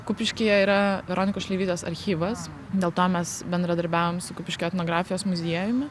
kupiškyje yra veronikos šleivytės archyvas dėl to mes bendradarbiavom su kupiškio etnografijos muziejumi